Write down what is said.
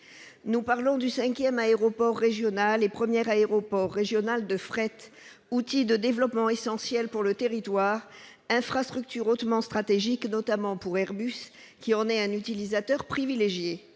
Nous parlons du cinquième aéroport régional et premier aéroport régional de fret, outil de développement essentiel pour le territoire, infrastructure hautement stratégique, notamment pour Airbus, qui en est un utilisateur privilégié.